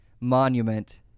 monument